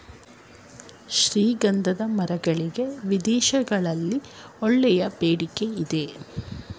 ಶ್ರೀಗಂಧದ ಮರಗಳಿಗೆ ವಿದೇಶಗಳಲ್ಲಿ ಒಳ್ಳೆಯ ಬೇಡಿಕೆ ಇದೆ